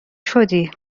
شدی